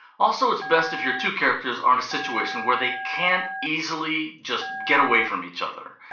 also, it's best if your two characters are in a situation where they can't easily just get away from each other.